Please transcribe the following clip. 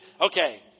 Okay